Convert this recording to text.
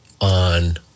on